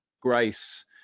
grace